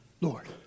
Lord